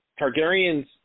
Targaryens